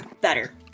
better